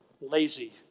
lazy